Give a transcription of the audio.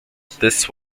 this